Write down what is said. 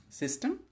system